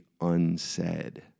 unsaid